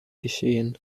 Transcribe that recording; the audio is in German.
geschehen